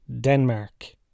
Denmark